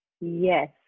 Yes